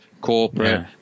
corporate